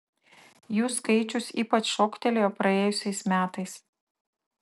jų skaičius ypač šoktelėjo praėjusiais metais